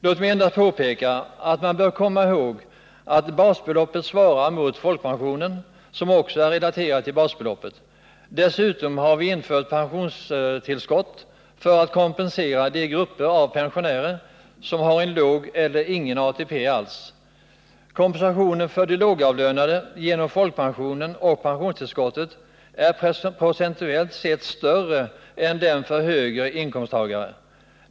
Låt mig endast påpeka att man bör komma ihåg att basbeloppet svarar mot folkpensionen, som också är relaterad till basbeloppet. Dessutom har vi infört pensionstillskotten för att kompensera de grupper av pensionärer som har en låg eller ingen ATP alls. Kompensationen för de lågavlönade genom folkpensionen och pensionstillskotten är procentuellt sett större för dem än för högre inkomsttagare.